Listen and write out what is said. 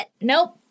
nope